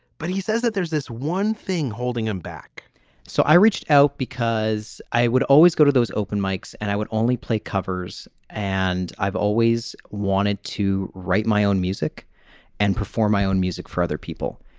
but he says that there's this one thing holding him back so i reached out because i would always go to those open mikes and i would only play covers. and i've always wanted to write my own music and perform my own music for other people.